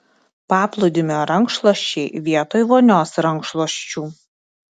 paplūdimio rankšluosčiai vietoj vonios rankšluosčių